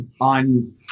on